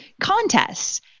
contests